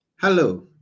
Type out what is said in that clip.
Hello